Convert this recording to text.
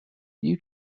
you